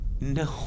No